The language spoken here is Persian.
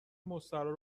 مستراح